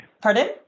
Pardon